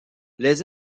les